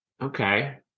Okay